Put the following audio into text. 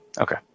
Okay